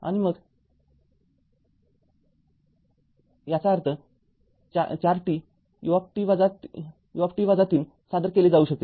आणि मग याचा अर्थ४ t u ut ३ सादर केले जाऊ शकते